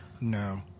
No